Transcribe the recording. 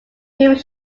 hugh